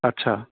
اچھا